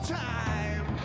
time